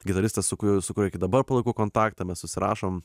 gitaristas su kuriuo iki dabar palaikau kontaktą mes susirašom